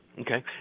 Okay